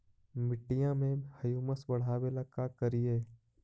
मिट्टियां में ह्यूमस बढ़ाबेला का करिए?